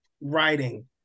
writing